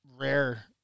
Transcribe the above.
rare